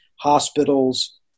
hospitals